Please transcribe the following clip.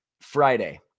Friday